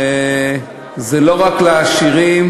זה לא רק לעשירים,